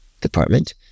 department